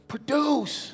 Produce